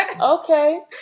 Okay